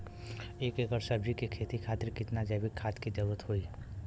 एक एकड़ सब्जी के खेती खातिर कितना जैविक खाद के जरूरत होई?